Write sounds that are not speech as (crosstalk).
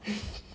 (laughs)